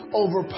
over